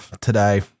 today